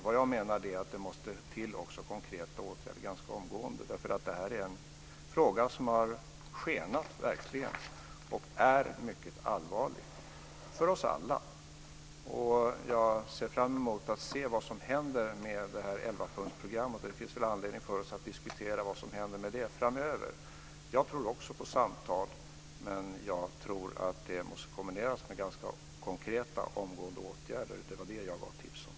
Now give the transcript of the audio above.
Vad jag menar är att det måste till konkreta åtgärder ganska omgående, därför att det här är ett problem som verkligen har skenat och är mycket allvarligt för oss alla. Jag ser fram emot att se vad som händer med elvapunktsprogrammet. Det finns väl anledning för oss att diskutera vad som händer med det framöver. Jag tror också på samtal, men jag tror att de måste kombineras med ganska konkreta omgående åtgärder. Det var det jag gav tips på.